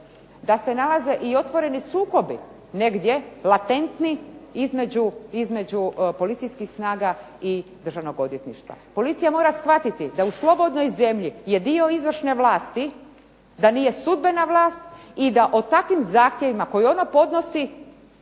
da se nalaze i otvoreni sukobi negdje latentni između policijskih snaga i Državnog odvjetništva. Policija mora shvatiti da u slobodnoj zemlji je dio izvršne vlasti, da nije sudbena vlast i da o takvim zahtjevima koje ona podnosi